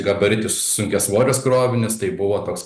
gabaritus sunkiasvorius krovinius tai buvo toks